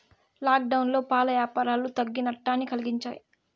లాక్డౌన్లో పాల యాపారాలు తగ్గి నట్టాన్ని కలిగించాయి